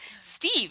Steve